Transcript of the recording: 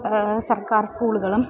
സർക്കാർ സ്കൂളുകളും